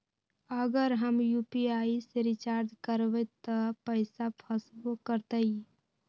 अगर हम यू.पी.आई से रिचार्ज करबै त पैसा फसबो करतई?